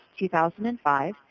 2005